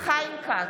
חיים כץ,